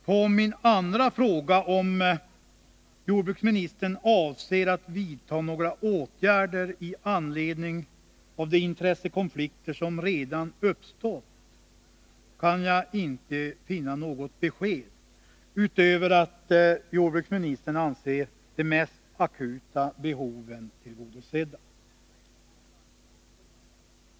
På min andra fråga, om jordbruksministern avser att vidta några åtgärder i anledning av de intressekonflikter som redan uppstått, kan jag inte finna något besked, utöver att jordbruksministern anser de mest akuta behoven tillgodosedda.